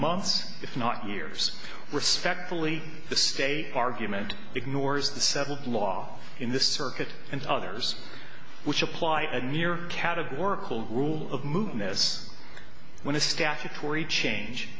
months if not years respectfully the state argument ignores the settled law in this circuit and others which apply a near categorical rule of moving this when a statutory change